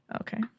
Okay